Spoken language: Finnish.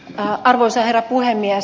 arvoisa herra puhemies